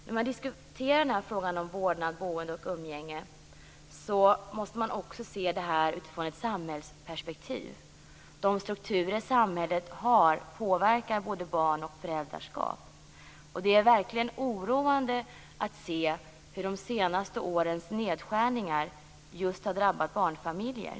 När man diskuterar frågan om vårdnad, boende och umgänge måste man också se det här utifrån ett samhällsperspektiv. De strukturer samhället har påverkar både barn och föräldrar. Det är verkligen oroande att se hur de senaste årens nedskärningar har drabbat just barnfamiljer.